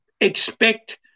expect